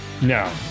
No